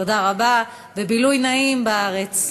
תודה רבה ובילוי נעים בארץ.